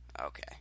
Okay